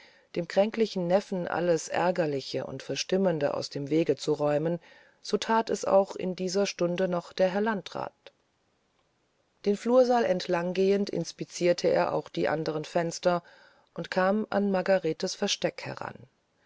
dem kränklichen neffen alles aergerliche und verstimmende aus dem wege zu räumen so that es auch zu dieser stunde noch der herr landrat den flursaal entlang gehend inspizierte er auch die anderen fenster und kam an margaretens versteck heran